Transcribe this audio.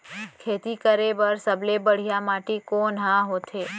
खेती करे बर सबले बढ़िया माटी कोन हा होथे?